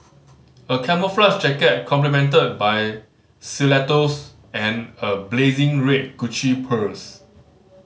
a camouflage jacket complemented by stilettos and a blazing red Gucci purse